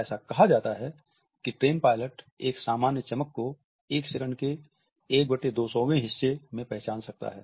ऐसा कहा जाता है कि ट्रेन पायलट एक सामान्य चमक को एक सेकंड के 1200 वें हिस्से में पहचान सकता है